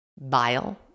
bile